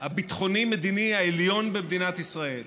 הביטחוני-מדיני העליון במדינת ישראל,